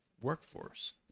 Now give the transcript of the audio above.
workforce